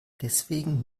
deswegen